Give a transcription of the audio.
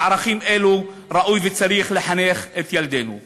על ערכים אלו ראוי וצריך לחנך את ילדינו.